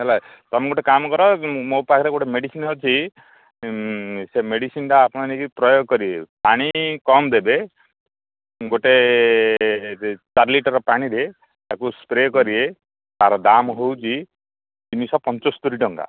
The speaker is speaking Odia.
ହେଲା ତୁମେ ଗୋଟେ କାମ କର ମୋ ପାଖରେ ଗୋଟେ ମେଡ଼ିସିନ୍ ଅଛି ସେ ମେଡ଼ିସିନଟା ଆପଣ ନେଇକି ପ୍ରୟୋଗ କରିବେ ପାଣି କମ୍ ଦେବେ ଗୋଟେ ଚାର ଲିଟର ପାଣିରେ ତାକୁ ସ୍ପ୍ରେ କରିବେ ତାର ଦାମ ହେଉଛି ତିନିଶହ ପଞ୍ଚସ୍ତରୀ ଟଙ୍କା